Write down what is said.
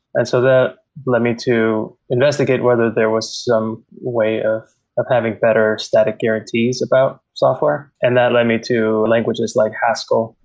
and so that led me to investigate whether there was some way of of having better static guarantees about software, and that led me to languages like haskell,